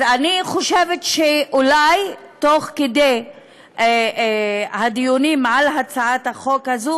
אז אני חושבת שאולי תוך כדי הדיונים על הצעת החוק הזאת